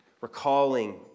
recalling